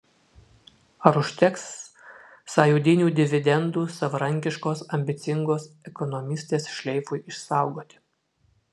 ar užteks sąjūdinių dividendų savarankiškos ambicingos ekonomistės šleifui išsaugoti